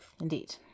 indeed